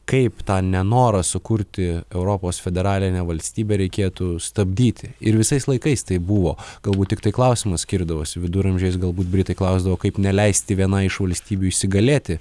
kaip tą nenorą sukurti europos federalinę valstybę reikėtų stabdyti ir visais laikais taip buvo galbūt tiktai klausimas skirdavosi viduramžiais galbūt britai klausdavo kaip neleisti vienai iš valstybių įsigalėti